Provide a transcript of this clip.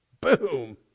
Boom